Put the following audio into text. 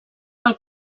pel